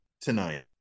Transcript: tonight